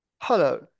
Hello